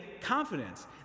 confidence